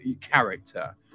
character